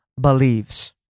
believes